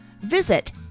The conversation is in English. Visit